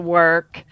work